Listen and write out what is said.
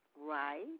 Right